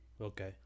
okay